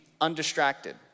undistracted